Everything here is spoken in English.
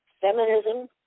Feminism